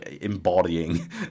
embodying